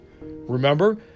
Remember